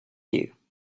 you